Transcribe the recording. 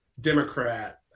Democrat